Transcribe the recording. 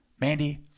Mandy